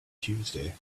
tuesday